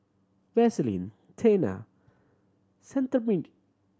Vaselin Tena Cetrimide